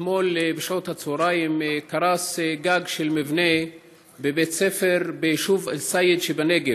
אתמול בשעת צוהריים קרס גג של מבנה בבית ספר ביישוב א-סייד שבנגב.